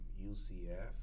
UCF